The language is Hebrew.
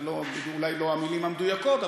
זה אולי לא המילים המדויקות,